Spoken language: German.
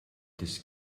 des